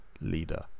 leader